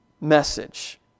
message